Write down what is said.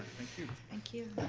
thank you. thank you.